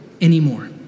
anymore